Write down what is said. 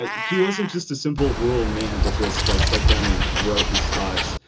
ah he wasn't just a simple rule man that just like sat down and wrote his thoughts.